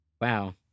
Wow